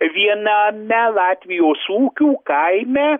viename latvijos ūkių kaime